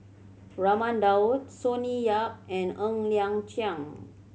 Raman Daud Sonny Yap and Ng Liang Chiang